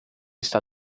está